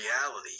reality